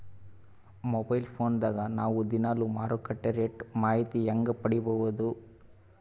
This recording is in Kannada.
ಮೊಬೈಲ್ ಫೋನ್ ದಾಗ ನಾವು ದಿನಾಲು ಮಾರುಕಟ್ಟೆ ರೇಟ್ ಮಾಹಿತಿ ಹೆಂಗ ಪಡಿಬಹುದು?